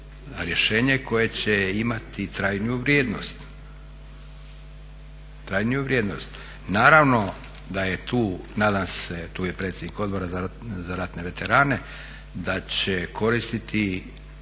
rješenje koje će imati trajniju vrijednost. Naravno da je tu nadam se, tu je predsjednik Odbora za ratne veterane, da će koristiti